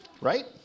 right